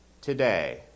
today